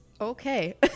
okay